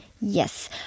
Yes